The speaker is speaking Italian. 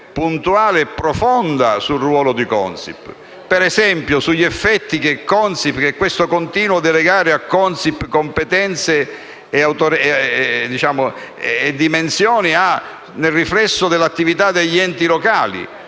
puntuale e profonda sul ruolo di Consip e, ad esempio sugli effetti che questo continua delegare a Consip competenze e funzioni ha, di riflesso, sull'attività degli enti locali,